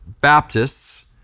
Baptists